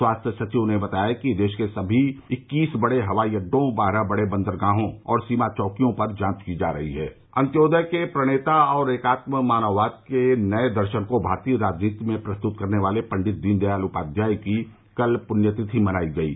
स्वास्थ्य सचिव ने बताया देश के सभी इक्कीस बड़े हवाईअड्डो बारह बड़े बंदरगाहों और सीमा चैकियों पर जांच की जा रही है अन्योदय के प्रणेता और एकात्म मानववाद के नये दर्शन को भारतीय राजनीति में प्रस्तृत करने वाले पंडित दीन दयाल उपाध्याय की कल पुण्यतिथि मनायी गयी